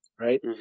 Right